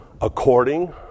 According